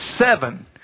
seven